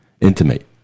intimate